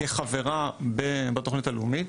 כחברה בתוכנית הלאומית,